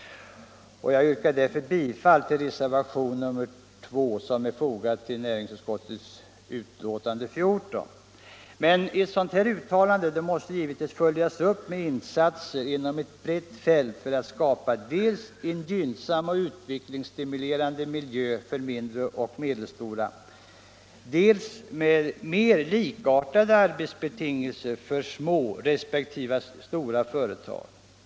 Jag yrkar därför bifall till reservationen 2, som är fogad till näringsutskottets betänkande nr 14. Ett sådant uttalande måste givetvis följas upp med insatser inom ett brett fält för att skapa dels en gynnsam och utvecklingsstimulerande miljö för mindre och medelstora företag, dels mer likartade arbetsbetingelser för små resp. stora företag.